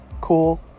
cool